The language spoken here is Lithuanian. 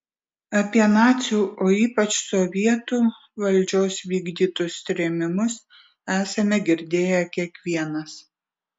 apie nacių o ypač sovietų valdžios vykdytus trėmimus esame girdėję kiekvienas